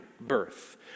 birth